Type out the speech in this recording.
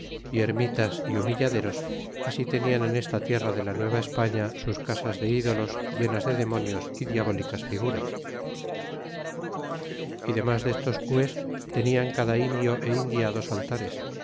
y ermitas y humilladeros así tenian en esta tierra de la nueva españa sus casas de ídolos llenas de demonios y diabólicas figuras y demás destos cuas tenían cada indio é india dos altares